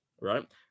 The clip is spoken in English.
right